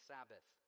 Sabbath